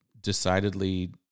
decidedly